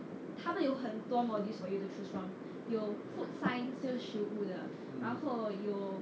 他们有很多 modules for you to choose from 有 food science 就是食物的然后有